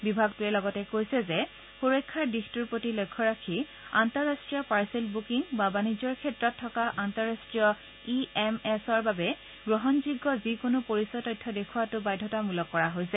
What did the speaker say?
বিভাগটোৱে লগতে কৈছে যে সুৰক্ষা দিশটোৰ প্ৰতি লক্ষ্য ৰাখি আন্তঃৰাষ্ট্ৰীয় পাৰ্চেল বুকিং বা বাণিজ্যৰ ক্ষেত্ৰত থকা আন্তঃৰাষ্ট্ৰীয় ই এম এছৰ বাবে গ্ৰহণযোগ্য যিকোনো পৰিচয় তথ্য দেখুওৱাটো বাধ্যতামূলক কৰা হৈছে